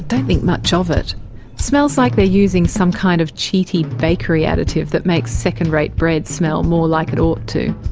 don't think much of it. it smells like they're using some kind of cheaty bakery additive that makes second-rate bread smell more like it ought to.